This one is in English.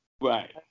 Right